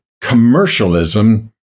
commercialism